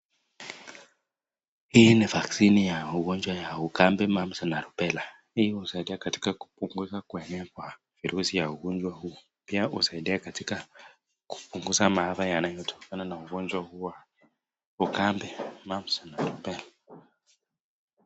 Hii ni vaksini ya ugonjwa ya ukambi, mumps na rubella. Hii husaidia katika kubunguza kuenea kwa virusi ya ugonjwa huu. Pia husaidia katika kupunguza maafa yanayotokana na ugonjwa huo wa ukambi, mumps na rubella.